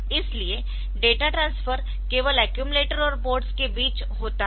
इसलिए data transfer केवल accumulator और पोर्ट्स के बीच होता है